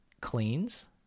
cleans